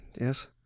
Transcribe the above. yes